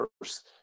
first